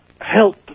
help